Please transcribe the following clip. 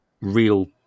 real